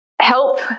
help